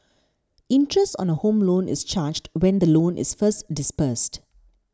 interest on a Home Loan is charged when the loan is first disbursed